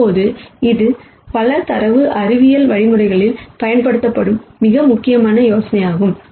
இப்போது இது பல டேட்டா சயின்ஸ் வழிமுறைகளில் பயன்படுத்தப்படும் மிக முக்கியமான யோசனையாகும்